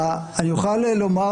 אני אוכל לומר,